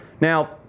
Now